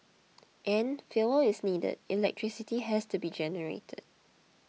and fuel is needed electricity has to be generated